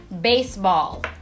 baseball